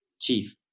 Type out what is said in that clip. chief